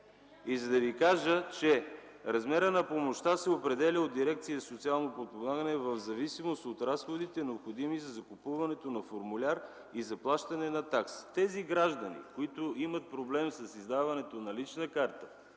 Ще Ви кажа, че размерът на помощта се определя от дирекция „Социално подпомагане” в зависимост от разходите, необходими за закупуването на формуляр и заплащане на такси. На гражданите, които имат проблем с издаването на лична карта,